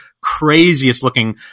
craziest-looking